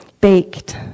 baked